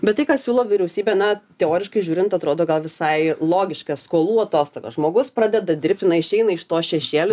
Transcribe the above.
bet tai ką siūlo vyriausybė na teoriškai žiūrint atrodo gal visai logiška skolų atostogas žmogus pradeda dirbti na išeina iš to šešėlio